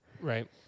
Right